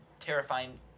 Terrifying